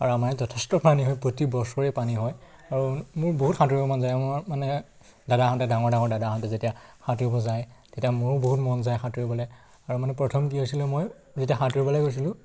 আৰু আমাৰ ইয়াত যথেষ্ট পানী হয় প্ৰতি বছৰেই পানী হয় আৰু মোৰ বহুত সাঁতোৰিব মন যায় আমাৰ মানে দাদাহঁতে ডাঙৰ ডাঙৰ দাদাহঁতে যেতিয়া সাঁতোৰিব যায় তেতিয়া মোৰো বহুত মন যায় সাঁতোৰিবলৈ আৰু মানে প্ৰথম কি হৈছিলে মই যেতিয়া সাঁতোৰবলৈ গৈছিলোঁ